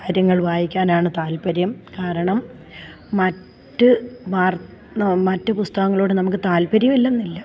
കാര്യങ്ങൾ വായിക്കാനാണ് താൽപ്പര്യം കാരണം മറ്റ് മാർ മറ്റ് പുസ്തകങ്ങളോട് നമക്ക് താൽപ്പര്യമില്ലെന്നല്ല